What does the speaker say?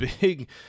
Big